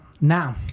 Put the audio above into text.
Now